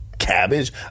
cabbage